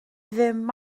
ddim